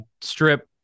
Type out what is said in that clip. strip